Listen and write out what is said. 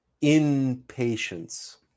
impatience